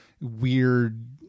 weird